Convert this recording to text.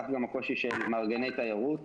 כך גם הקושי של מארגני תיירות.